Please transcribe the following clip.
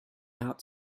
out